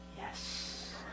yes